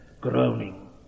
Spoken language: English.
Groaning